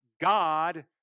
God